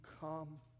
come